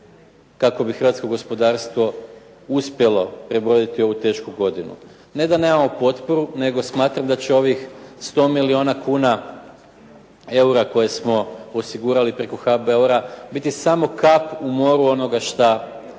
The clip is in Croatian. kako bi hrvatsko gospodarstvo uspjelo prebroditi ovu tešku godinu. Ne da nemamo potporu nego smatram da će ovih 100 milijuna eura koje smo osigurali preko HBOR-a, biti samo kap u moru onoga što